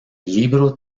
libro